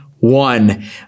One